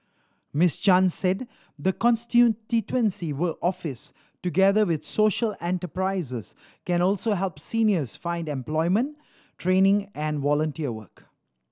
Miss Chan said the constituency will office together with social enterprises can also help seniors find employment training and volunteer work